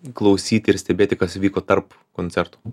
klausyti ir stebėti kas vyko tarp koncertų